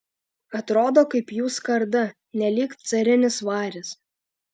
atrodo kaip jų skarda nelyg carinis varis